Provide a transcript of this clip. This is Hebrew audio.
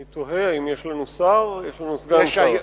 אני תוהה אם יש לנו שר, יש לנו סגן שר.